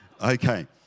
Okay